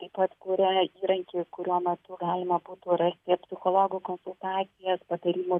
taip pat kuria įrankį kurio metu galima būtų rasti psichologo konsultacijas patarimų